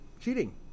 cheating